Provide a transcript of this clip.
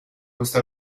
questo